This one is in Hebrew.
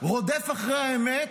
רודף אחרי האמת,